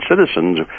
citizens